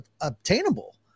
obtainable